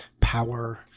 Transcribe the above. power